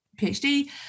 PhD